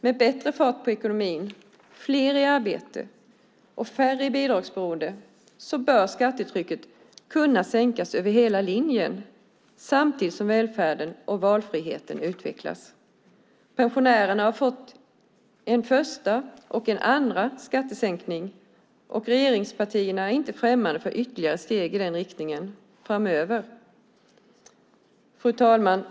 Med bättre fart på ekonomin, fler i arbete och färre i bidragsberoende bör skattetrycket kunna sänkas över hela linjen samtidigt som välfärden och valfriheten utvecklas. Pensionärerna har fått en första och en andra skattesänkning, och regeringspartierna är inte främmande för ytterligare steg i den riktningen framöver. Fru talman!